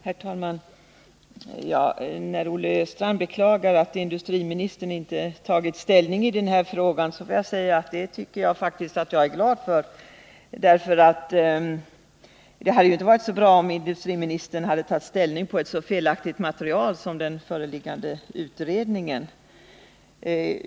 Nr 97 Herr talman! Olle Östrand beklagar att industriministern inte har tagit Fredagen den ställning i den här frågan, men jag är faktiskt glad över det. Det hade ju inte 29 februari 1980 varit så bra, om industriministern hade tagit ställning på ett så felaktigt material som den föreliggande utredningen.